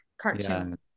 cartoon